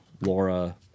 Laura